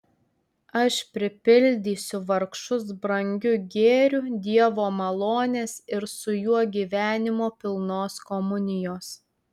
aš pripildysiu vargšus brangiu gėriu dievo malonės ir su juo gyvenimo pilnos komunijos